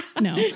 No